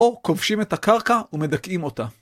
או כובשים את הקרקע ומדכאים אותה.